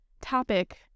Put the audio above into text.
topic